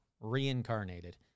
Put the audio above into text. reincarnated